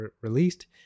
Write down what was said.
released